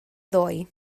ddoe